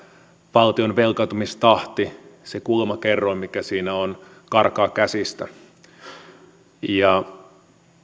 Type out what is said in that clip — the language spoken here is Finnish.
valtion velkaantumistahti se kulmakerroin mikä siinä on karkaa käsistä